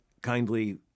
kindly